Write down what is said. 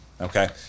okay